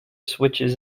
switches